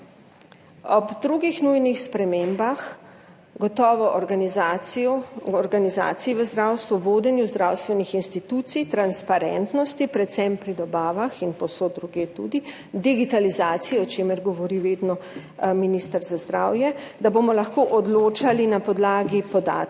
Ob drugih nujnih spremembah – gotovo so to organizacija v zdravstvu, vodenje zdravstvenih institucij, transparentnost, predvsem pri dobavah in povsod drugje, tudi digitalizacija, o čemer vedno govori minister za zdravje, da bomo lahko odločali na podlagi podatkov